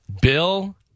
Bill